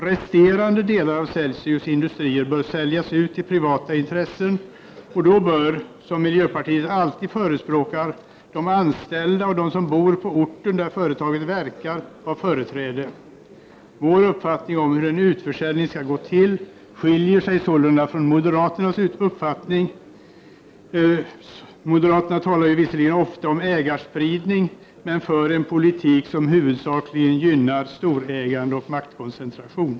Resterande delar av Celsius Industrier bör säljas ut till privata intressen, och då bör, som miljöpartiet alltid förespråkar, de anställda och de som bor på den ort där företaget verkar ha företräde. Vår uppfattning om hur en utförsäljning skall gå till skiljer sig sålunda från moderaternas. De talar visserligen ofta om ägarspridning, men för en politik som huvudsakligen gynnar storägande och maktkoncentration.